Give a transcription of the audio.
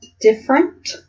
different